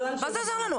מה זה עוזר לנו,